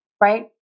right